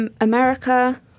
America